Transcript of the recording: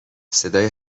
صدای